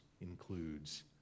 includes